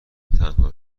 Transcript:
تنها